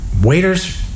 waiters